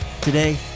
Today